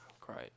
Great